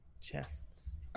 Chests